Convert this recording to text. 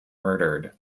murdered